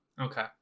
Okay